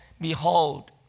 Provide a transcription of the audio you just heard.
behold